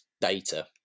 data